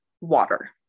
water